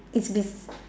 it's with